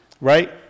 right